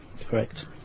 Correct